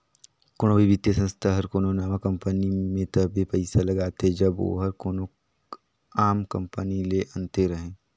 कोनो भी बित्तीय संस्था हर कोनो नावा कंपनी में तबे पइसा लगाथे जब ओहर कोनो आम कंपनी ले अन्ते रहें